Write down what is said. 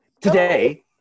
today